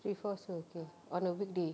three four also okay on a weekday